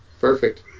perfect